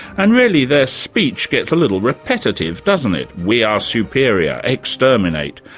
and really, their speech gets a little repetitive, doesn't it? we are superior. exterminate.